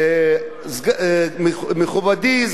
מכובדי סגן השר,